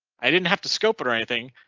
i didn't have to scope it or anything